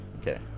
Okay